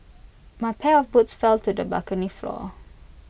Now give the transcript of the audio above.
my pair of boots fell to the balcony floor